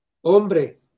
Hombre